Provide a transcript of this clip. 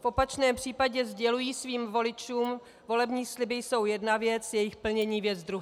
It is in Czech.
V opačném případě sděluji svým voličům, volební sliby jsou jedna věc, jejich plnění věc druhá.